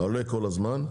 ועולה כל הזמן,